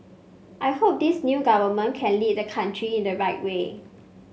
I hope this new government can lead the country in the right way